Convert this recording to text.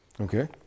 Okay